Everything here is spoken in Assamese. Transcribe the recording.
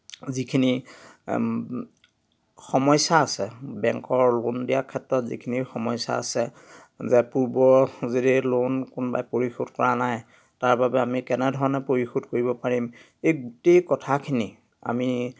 যিখিনি সমস্যা আছে বেংকৰ লোন দিয়াৰ ক্ষেত্ৰত যিখিনি সমস্যা আছে যে পূৰ্বৰ যদি লোন কোনোবাই পৰিশোধ কৰা নাই তাৰ বাবে আমি কেনেধৰণে পৰিশোধ কৰিব পাৰিম এই গোটেই কথাখিনি আমি